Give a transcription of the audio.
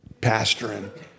pastoring